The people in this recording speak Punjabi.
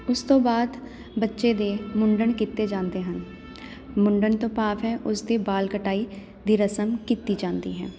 ਉਸ ਤੋਂ ਬਾਅਦ ਬੱਚੇ ਦੇ ਮੁੰਡਨ ਕੀਤੇ ਜਾਂਦੇ ਹਨ ਮੁੰਡਨ ਤੋਂ ਭਾਵ ਹੈ ਉਸਦੇ ਬਾਲ ਕਟਾਈ ਦੀ ਰਸਮ ਕੀਤੀ ਜਾਂਦੀ ਹੈ